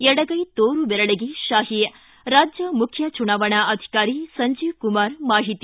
ಎಡಗೈ ತೋರು ಬೆರಳಿಗೆ ಶಾಹಿ ರಾಜ್ಯ ಮುಖ್ಯ ಚುನಾವಣಾ ಅಧಿಕಾರಿ ಸಂಜೀವ ಕುಮಾರ್ ಮಾಹಿತಿ